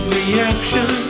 reaction